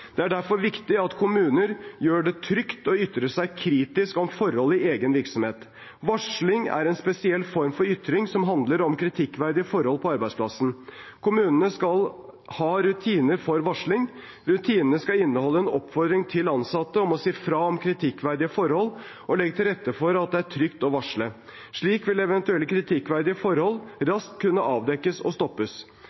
det offentlige ordskiftet. Det er derfor viktig at kommuner gjør det trygt å ytre seg kritisk om forhold i egen virksomhet. Varsling er en spesiell form for ytring som handler om kritikkverdige forhold på arbeidsplassen. Kommunene skal ha rutiner for varsling. Rutinene skal inneholde en oppfordring til ansatte om å si fra om kritikkverdige forhold og legge til rette for at det er trygt å varsle. Slik vil eventuelle kritikkverdige forhold